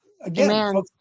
again